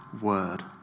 word